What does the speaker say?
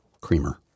Creamer